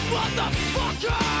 Motherfucker